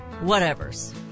Whatever's